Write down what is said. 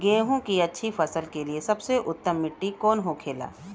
गेहूँ की अच्छी फसल के लिए सबसे उत्तम मिट्टी कौन होखे ला?